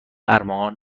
ارمغان